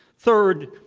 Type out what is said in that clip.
third,